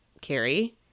Carrie